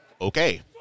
Okay